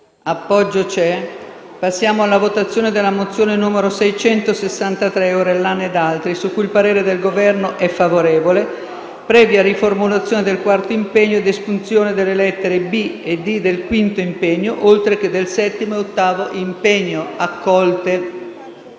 Allegato B*). Passiamo alla votazione della mozione n. 663, su cui il parere del Governo è favorevole, previa riformulazione del quarto impegno ed espunzione delle lettere *b)* e *d)* del quinto impegno, oltre che del settimo e ottavo impegno.